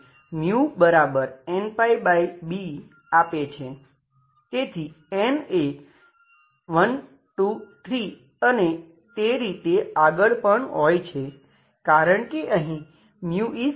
તેથી n એ 1 2 3 અને એ રીતે આગળ પણ હોય છે કારણ કે અહીં 0છે